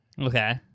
Okay